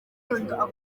urukundo